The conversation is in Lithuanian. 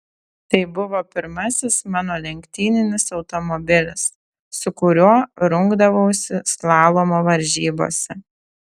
tai buvo pirmasis mano lenktyninis automobilis su kuriuo rungdavausi slalomo varžybose